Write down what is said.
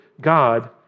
God